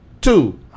Two